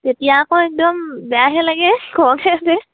তেতিয়া আকৌ একদম বেয়াহে লাগে খংহে উঠে